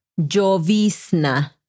jovisna